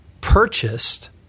purchased